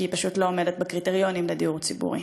כי היא פשוט לא עומדת בקריטריונים לדיור ציבורי.